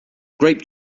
grape